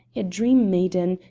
a dream-maiden,